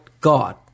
God